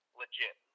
legit